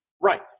Right